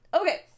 Okay